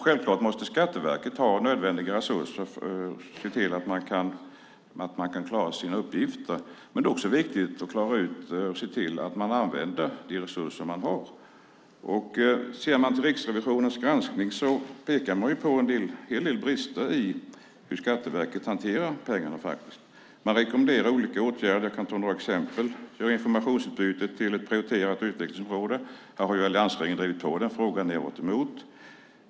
Självklart måste Skatteverket ha nödvändiga resurser så att man kan klara sina uppgifter. Men det är också viktigt att se till att man använder de resurser man har. I Riksrevisionens granskning pekar man på en hel del brister i hur Skatteverket hanterar pengarna. Man rekommenderar olika åtgärder. Jag kan ta några exempel: Göra informationsutbyte till ett prioriterat utvecklingsområde. Alliansregeringen har drivit på den frågan. Ni har varit emot.